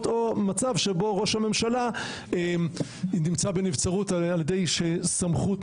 או מצב שבו ראש הממשלה נמצא בנבצרות על ידי סמכות,